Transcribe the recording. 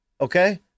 okay